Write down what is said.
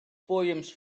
poems